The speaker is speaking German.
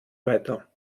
weiter